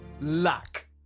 Luck